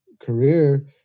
career